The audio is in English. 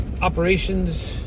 operations